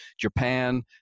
Japan